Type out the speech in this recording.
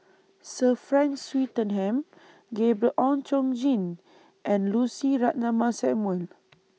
Sir Frank Swettenham Gabriel Oon Chong Jin and Lucy Ratnammah Samuel